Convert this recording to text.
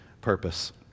purpose